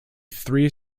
three